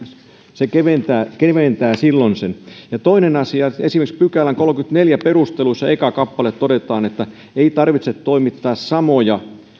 se keventää keventää sitä ja toinen asia esimerkiksi kolmannenkymmenennenneljännen pykälän perusteluissa ekassa kappaleessa todetaan että ei tarvitse toimittaa samoja